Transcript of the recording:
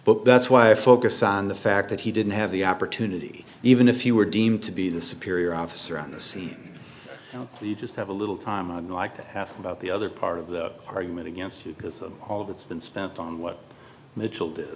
but that's why i focus on the fact that he didn't have the opportunity even if you were deemed to be the superior officer on the scene that you just have a little time i'd like to ask about the other part of the argument against you because of all of it's been spent on what mitchell d